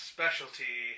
Specialty